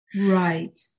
Right